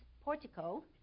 portico